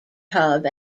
hub